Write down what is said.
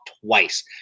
twice